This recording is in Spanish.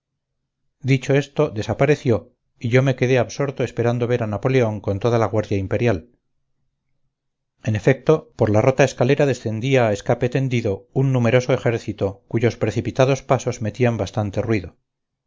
dicho esto desapareció y yo me quedé absorto esperando ver a napoleón con toda la guardia imperial en efecto por la rota escalera descendía a escape tendido un numeroso ejército cuyos precipitados pasos metían bastante ruido